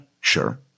sure